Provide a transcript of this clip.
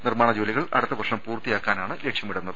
നിർമ്മാണ ജോലി കൾ അടുത്ത വർഷം പൂർത്തിയാക്കാനാണ് ലക്ഷ്യമിടുന്നത്